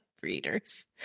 Breeders